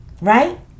right